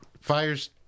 fires